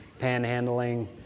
panhandling